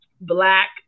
black